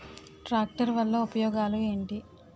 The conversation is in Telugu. ట్రాక్టర్ వల్ల ఉపయోగాలు ఏంటీ?